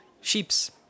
sheep's